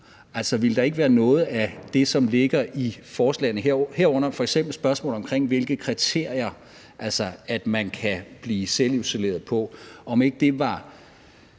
ville der ikke være noget af det, som ligger i forslaget, herunder f.eks. spørgsmålet om, hvilke kriterier man kan blive selvisoleret efter, som var